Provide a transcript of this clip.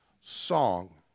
song